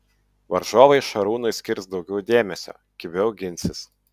varžovai šarūnui skirs daugiau dėmesio kibiau ginsis